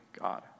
God